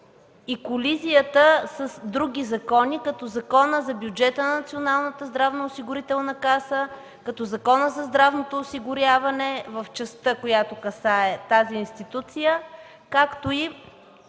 до колизията с други закони, като Закона за бюджета на Националната здравноосигурителна каса, като Закона за здравното осигуряване в частта, касаеща тази институция, както и